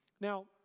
Now